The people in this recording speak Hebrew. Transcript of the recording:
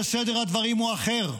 שסדר הדברים הוא אחר.